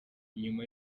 nyuma